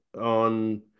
on –